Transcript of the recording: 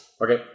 Okay